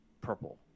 purple